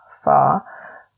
far